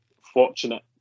fortunate